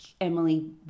emily